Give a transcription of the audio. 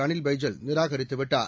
Anil Baijal நிராகரித்துவிட்டார்